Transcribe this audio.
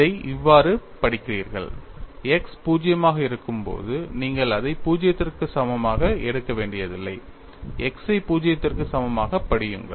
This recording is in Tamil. இதை இவ்வாறு படிக்கிறீர்கள் X 0 ஆக இருக்கும் போது நீங்கள் அதை 0 க்கு சமமாக எடுக்க வேண்டியதில்லை x ஐ 0 க்கு சமமாகப் படியுங்கள்